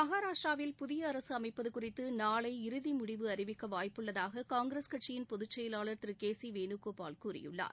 மகாராஷ்டிராவில் புதிய அரசு அமைப்பது குறித்து நாளை இறுதி முடிவு அறிவிக்க வாய்ப்பு உள்ளதாக காங்கிரஸ் கட்சியின் பொதுச்செயலாளா திரு கே சி வேணுகோபால் கூறியுள்ளார்